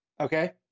Okay